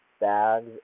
bags